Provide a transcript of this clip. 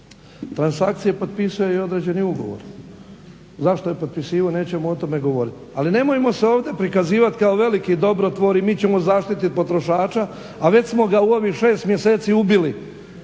transakcije, potpisao je i određeni ugovor. Zašto je potpisivao nećemo o tome govoriti. Ali nemojmo se ovdje prikazivati kao veliki dobrotvori, mi ćemo zaštiti potrošača, a već smo ga u ovih 6 mjeseci ubili